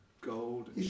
gold